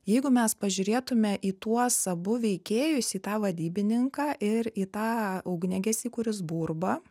jeigu mes pažiūrėtume į tuos abu veikėjus į tą vadybininką ir į tą ugniagesį kuris burba